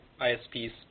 ISPs